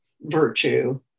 virtue